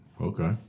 okay